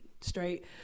straight